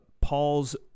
Paul's